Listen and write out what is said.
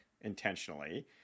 intentionally